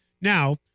Now